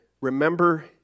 Remember